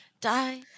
Die